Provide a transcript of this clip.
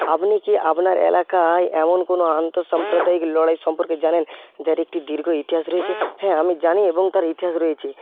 আপনি কি আপনার এলাকায় এমন কোনো আন্তঃসাম্প্রদায়িক লড়াই সম্পর্কে জানেন যার একটি দীর্ঘ ইতিহাস রয়েছে হ্যাঁ আমি জানি এবং তার ইতিহাস রয়েছে